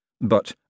But